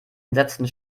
entsetzten